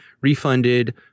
refunded